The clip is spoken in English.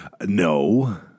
No